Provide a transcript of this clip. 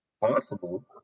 Possible